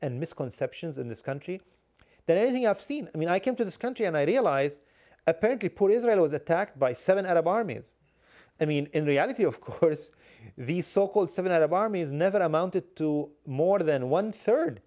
and misconceptions in this country that everything i've seen i mean i came to this country and i realized apparently poor israel was attacked by seven out of armies i mean in reality of course the so called seven out of armies never amounted to more than one third